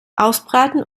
ausbraten